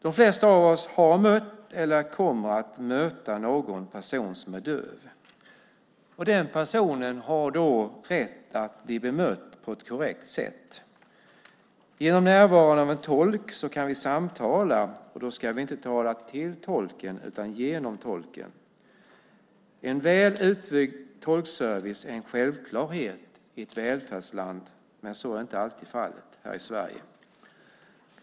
De flesta av oss har mött eller kommer att möta någon person som är döv. Den personen har rätt att bli bemött på ett korrekt sätt. Genom närvaron av en tolk kan vi samtala, och då ska vi inte tala till tolken utan genom tolken. En väl utbyggd tolkservice är en självklarhet i ett välfärdsland, men så är inte alltid fallet här i Sverige.